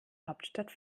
hauptstadt